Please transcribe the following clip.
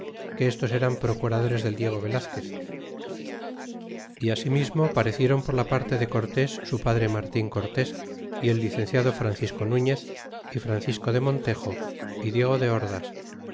que estos eran procuradores del diego velazquez y asimismo parecieron por la parte de cortés su padre martin cortés y el licenciado francisco nuñez y francisco de montejo y diego de ordas